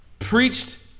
preached